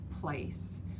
place